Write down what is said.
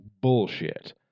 bullshit